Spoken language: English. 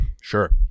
Sure